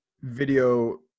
video